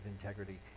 integrity